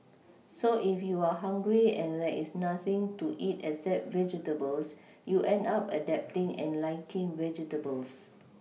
so if you are hungry and there is nothing to eat except vegetables you end up adapting and liking vegetables